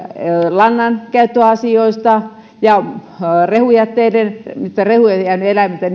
lannankäyttöasioista ja niiden rehujätteiden käyttämisestä mitä rehuja on jäänyt eläimiltä